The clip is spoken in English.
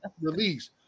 release